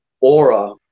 aura